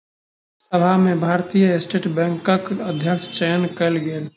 सभा में भारतीय स्टेट बैंकक अध्यक्षक चयन कयल गेल